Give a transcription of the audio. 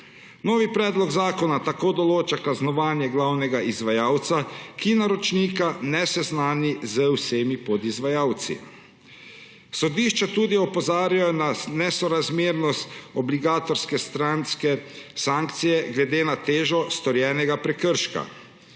Novi predlog zakona tako določa kaznovanje glavnega izvajalca, ki naročnika ne seznani z vsemi podizvajalci. Sodišča tudi opozarjajo na nesorazmernost obligatorne stranske sankcije glede na težo storjenega prekrška.